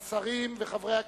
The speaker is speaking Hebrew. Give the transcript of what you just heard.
השרים וחברי הכנסת,